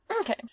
Okay